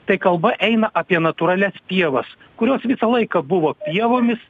tai kalba eina apie natūralias pievas kurios visą laiką buvo pievomis